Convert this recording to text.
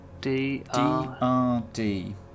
D-R-D